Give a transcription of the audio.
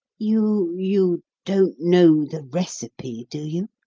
you you don't know the recipe, do you?